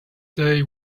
day